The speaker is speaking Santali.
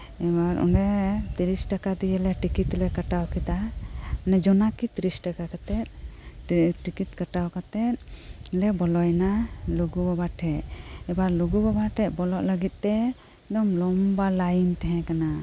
ᱮᱵᱟᱨ ᱚᱸᱰᱮ ᱛᱤᱨᱤᱥ ᱴᱟᱠᱟ ᱛᱤᱜᱤᱞᱮ ᱴᱤᱠᱤᱛᱞᱮ ᱠᱟᱴᱟᱣ ᱠᱮᱫᱟ ᱡᱚᱱᱟᱠᱤ ᱛᱤᱨᱤᱥ ᱴᱟᱠᱟ ᱠᱟᱛᱮᱜ ᱛᱮ ᱴᱤᱠᱤᱛ ᱠᱟᱴᱟᱣ ᱠᱟᱛᱮᱜᱞᱮ ᱵᱚᱞᱚᱭᱮᱱᱟ ᱞᱩᱜᱩ ᱵᱟᱵᱟ ᱴᱷᱮᱱ ᱮᱵᱟᱨ ᱞᱩᱜᱩ ᱵᱟᱵᱟ ᱴᱷᱮᱡ ᱵᱚᱞᱚᱜ ᱞᱟᱹᱜᱤᱫ ᱛᱮ ᱮᱠᱫᱚᱢ ᱞᱚᱢᱵᱟ ᱞᱟᱭᱤᱱ ᱛᱟᱦᱮᱸ ᱠᱟᱱᱟ